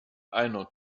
einer